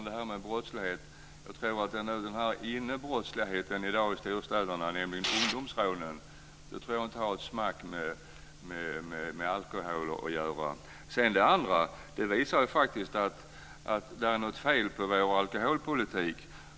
Fru talman! Den inre brottsligheten i storstäderna i dag, ungdomsrånen, tror jag inte har ett smack med alkohol att göra. Det andra som Ulla-Britt Hagström tog upp visar att det faktiskt är något fel på vår alkoholpolitik.